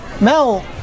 Mel